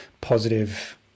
positive